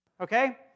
okay